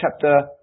chapter